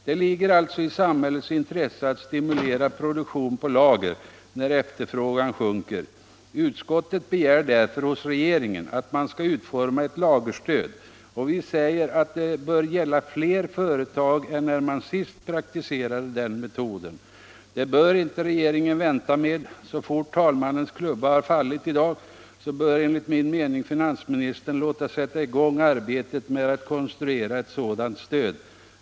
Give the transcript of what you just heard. Det ligger alltså i samhällets intresse att stimulera produktion på lager när efterfrågan sjunker. Utskottet begär därför hos regeringen att man skall utforma ett lagerstöd, och vi säger att det bör gälla fler företag än när man senast praktiserade den metoden. Det bör inte regeringen vänta med. Så fort talmannens klubba fallit i dag bör enligt min mening finansministern låta sätta i gång arbetet med att konstruera ett sådant stöd.